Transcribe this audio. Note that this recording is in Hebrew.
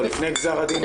לפני גזר הדין?